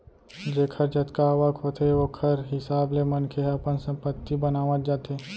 जेखर जतका आवक होथे ओखर हिसाब ले मनखे ह अपन संपत्ति बनावत जाथे